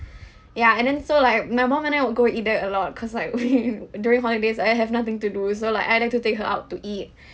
ya and then so like my mom and I would go either a lot cause like okay during holidays I have nothing to do so like either to take her out to eat